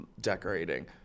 decorating